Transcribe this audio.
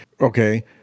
Okay